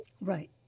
Right